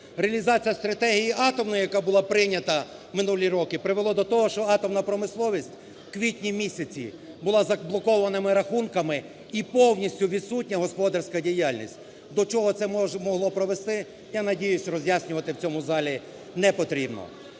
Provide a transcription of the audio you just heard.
Реалізація стратегії атомної, яка була прийнята в минулі роки, привела до того, що атомна промисловість в квітні місяці була з заблокованими рахунками і повністю відсутня господарська діяльність. До чого це могло призвести, я надіюсь, роз'яснювати в цьому залі не потрібно.